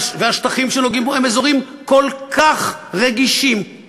והשטחים שנוגעים בו הם אזורים כל כך רגישים,